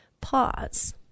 Pause